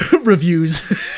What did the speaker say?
reviews